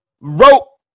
rope